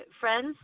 friends